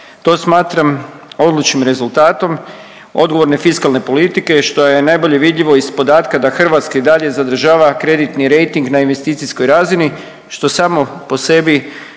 To smatram odličnim rezultatom odgovorne fiskalne politike što je najbolje vidljivo iz podatka da Hrvatska i dalje zadržava kreditni rejting na investicijskoj razini što samo po sebi